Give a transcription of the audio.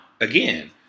again